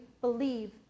believe